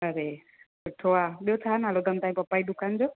अड़े सुठो आहे ॿियो छा नालो अथनि तव्हां जी पपा जी दुकान जो